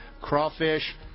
crawfish